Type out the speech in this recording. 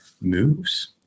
moves